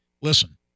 listen